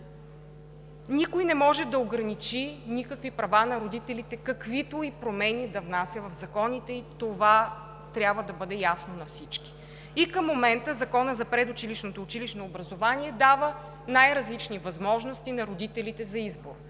Никой не може да ограничи никакви права на родителите, каквито и промени да внася в законите и това трябва да бъде ясно на всички. И към момента Законът за предучилищното и училищното образование дава най-различни възможности на родителите за избор.